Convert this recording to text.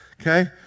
okay